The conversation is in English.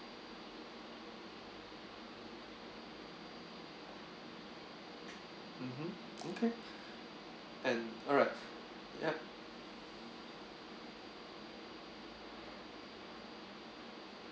mmhmm okay can alright ya